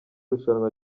rushanwa